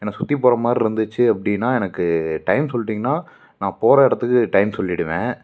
ஏன்னா சுற்றி போகிற மாதிரி இருந்துச்சு அப்படின்னா எனக்கு டைம் சொல்லிட்டிங்கனால் நான் போகிற இடத்துக்கு டைம் சொல்லிடுவேன்